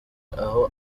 aho